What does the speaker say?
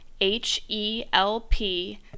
h-e-l-p